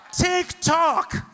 TikTok